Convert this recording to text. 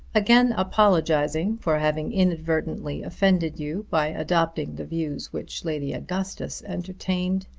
again apologizing for having inadvertently offended you by adopting the views which lady augustus entertained,